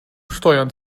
steuern